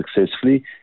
successfully